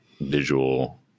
visual